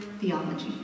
theology